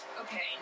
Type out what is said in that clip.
Okay